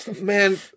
man